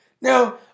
Now